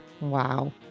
Wow